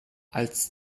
als